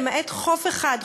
למעט חוף אחד,